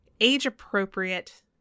age-appropriate